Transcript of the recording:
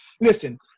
listen